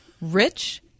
Rich